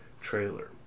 trailer